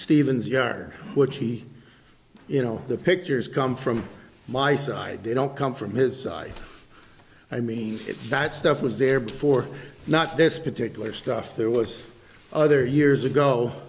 stephen's yard which he you know the pictures come from my side they don't come from his side i mean that stuff was there before not this particular stuff there was other years ago